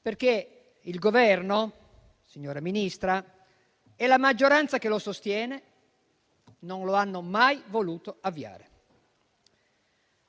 perché il Governo, signora Ministra, e la maggioranza che lo sostiene non lo hanno mai voluto avviare.